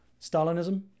Stalinism